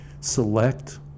select